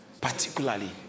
particularly